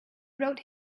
wrote